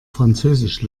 französisch